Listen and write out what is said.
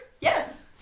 Yes